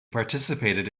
participated